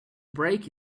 break